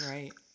Right